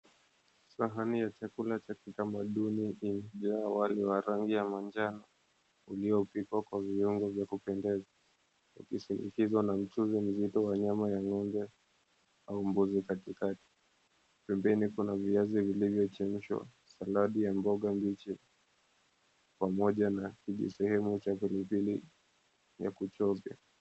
Sahani ya chakula cha kitamaduni imejaa wali wa rangi ya manjano, uliopikwa kwa viwango vya kupendeza, ukisindikizwa na mchuzi mzito wa nyama ya ng'ombe au mbuzi katikati. Pembeni kuna viazi vilivyochemshwa, saladi ya mboga mbichi, pamoja na kijisehemu cha pilipili ya kuchovya.